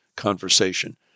conversation